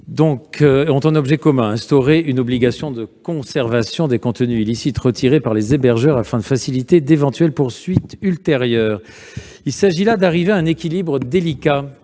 ont un objet commun : instaurer une obligation de conservation des contenus illicites retirés par les hébergeurs, afin de faciliter d'éventuelles poursuites ultérieures. Il s'agit de réaliser un équilibre délicat